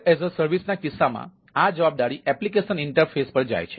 SaaS ના કિસ્સામાં આ જવાબદારી એપ્લિકેશન ઇન્ટરફેસ પર જાય છે